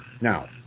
Now